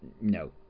no